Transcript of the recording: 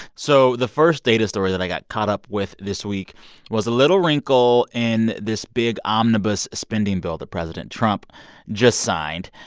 so the first data that i got caught up with this week was a little wrinkle in this big omnibus spending bill that president trump just signed.